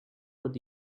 with